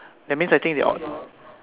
that means I think they o~